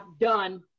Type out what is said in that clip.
done